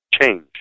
change